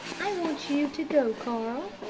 i want you to go, carl,